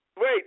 Wait